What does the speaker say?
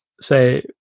say